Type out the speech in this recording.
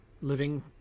Living